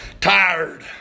Tired